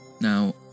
Now